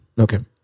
Okay